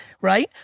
right